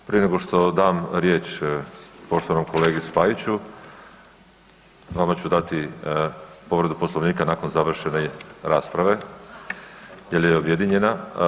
Prije nego što dam riječ poštovanom kolegi Spajiću vama ću dati povredu Poslovnika nakon završene rasprave jer je objedinjena.